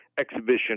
exhibition